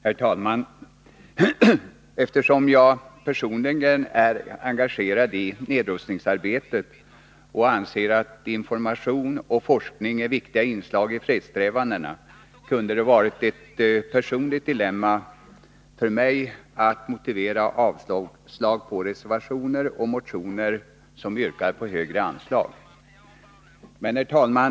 Herr talman! Eftersom jag personligen är engagerad i nedrustningsarbetet och anser att information och forskning är viktiga inslag i fredssträvandena, kunde det ha varit ett personligt dilemma för mig att motivera yrkanden om avslag på motioner och reservationer som föreslår högre anslag för just dessa ändamål.